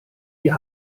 wir